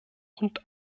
und